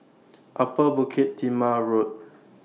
Upper Bukit Timah Road